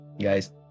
guys